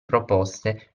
proposte